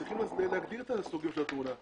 צריך להגדיר את סוגי התאונה.